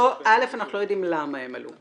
א', אנחנו לא יודעים למה הם עלו.